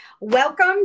Welcome